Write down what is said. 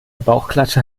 bauchklatscher